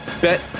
Bet